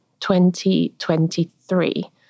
2023